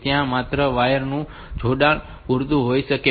ત્યાં માત્ર થોડા વાયર નું જોડાણ પૂરતું હોઈ શકે છે